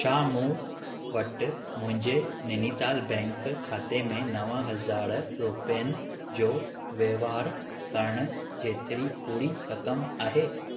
छा मूं वटि मुंहिंजे नैनीताल बैंक खाते में नव हज़ार रुपियनि जो वहिंवार करणु जेतिरी पूरी रक़म आहे